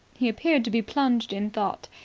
he appeared to be plunged in thought.